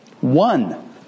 one